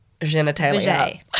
genitalia